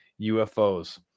UFOs